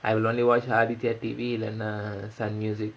I will only watch Aditya T_V இல்லனா:illanaa sun music